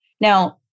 now